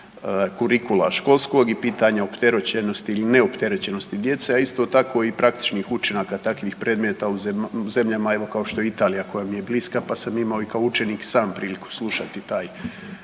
kurikula školskog i pitanja opterećenosti ili ne opterećenosti djece, a isto tako i praktičnih učinaka takvih predmeta u zemljama evo kao što je Italija koja mi je bliska, pa sam imao i kao učenik sam slušati taj